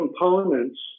components